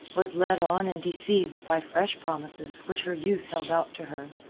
was led on and deceived by fresh promises which her youth held out to her.